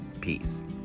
Peace